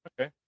Okay